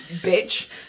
bitch